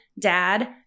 dad